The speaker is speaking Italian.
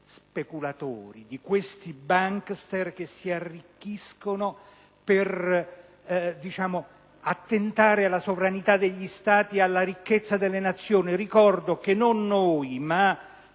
speculatori, di questi "bankster", che si arricchiscono per attentare alla sovranità degli Stati e alla ricchezza delle nazioni. Ricordo che, non noi, ma